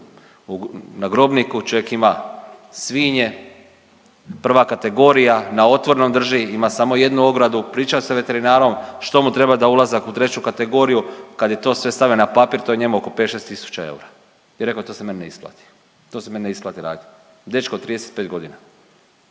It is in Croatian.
na Grobniku čovjek ima svinje, 1. kategorija na otvorenom drži, ima samo jednu ogradu, pričao sa veterinarom što mu treba za ulazak u 3. kategoriju. Kad je to sve stavio na papir to je njemu oko 5, 6 tisuća eura i rekao je to se meni ne isplati. To se meni ne isplati radit. Dečko od 35 godina.